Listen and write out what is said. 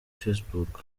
facebook